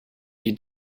die